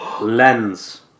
Lens